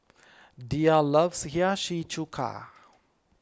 Diya loves Hiyashi Chuka